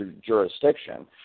jurisdiction